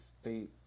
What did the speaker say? state